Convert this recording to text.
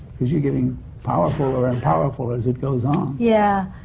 cause you're getting powerfuller and powerfuller as it goes on. yeah.